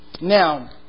Now